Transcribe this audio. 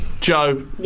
Joe